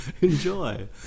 Enjoy